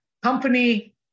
company